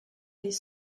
les